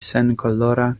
senkolora